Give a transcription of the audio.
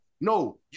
No